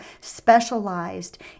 specialized